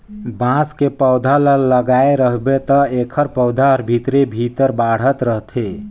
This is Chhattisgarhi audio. बांस के पउधा ल लगाए रहबे त एखर पउधा हर भीतरे भीतर बढ़ात रथे